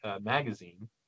magazine